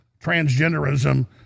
transgenderism